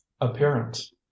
appearance